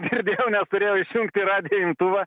girdėjau nes turėjau įsijungti radijo imtuvą